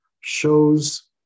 shows